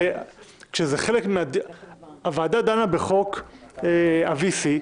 הוועדה דנה בחוק ה-VC,